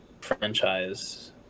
franchise